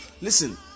Listen